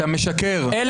סיכון